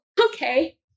okay